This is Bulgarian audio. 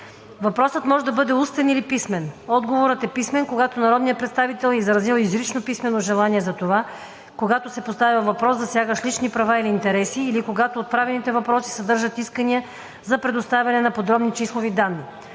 Отговорът може да бъде устен или писмен. Отговорът е писмен, когато народният представител е изразил изрично писмено желание за това, когато се поставя въпрос, засягащ лични права или интереси, или когато отправените въпроси съдържат искания за предоставяне на подробни числови данни.